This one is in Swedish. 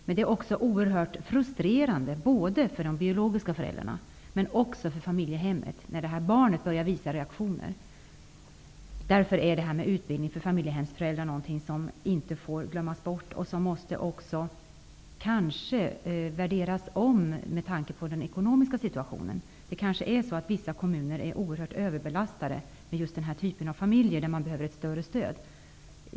Men det är också oerhört frustrerande för de biologiska föräldrarna men även för familjehemmet när detta barn börjar visa reaktioner. Utbildning för familjehemsföräldrar är därför någonting som inte får glömmas bort. Kanske måste även en omvärdering ske med tanke på den ekonomiska situationen. Vissa kommuner kan vara överbelastade med den typen av familjer som behöver ett större stöd.